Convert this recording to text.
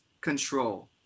control